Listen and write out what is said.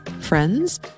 friends